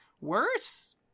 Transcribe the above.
worse